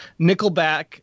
Nickelback